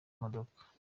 imodoka